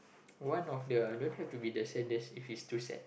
one of the don't have to be the saddest if it's too sad